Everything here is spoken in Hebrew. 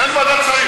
אין ועדת שרים.